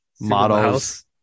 models